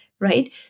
Right